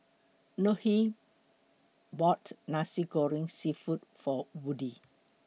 Nohely bought Nasi Goreng Seafood For Woodie